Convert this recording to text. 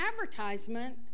advertisement